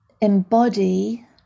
embody